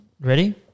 Ready